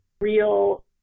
real